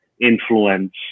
influence